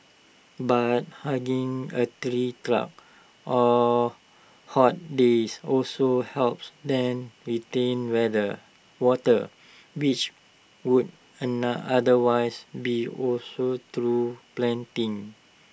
but hugging A tree trunk on hot days also helps then retain weather water which would otherwise be also through panting